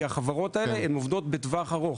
כי החברות האלה עובדות בטווח ארוך.